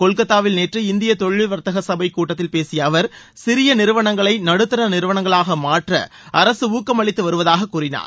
கொல்கத்தாவில் நேற்று இந்திய தொழில் வர்த்தக சபை கூட்டத்தில் பேசிய அவர் சிறிய நிறுவனங்களை நடுத்தர நிறுவனங்களாக மாற்ற அரசு ஊக்கமளித்து வருவதாக அவர் கூறினார்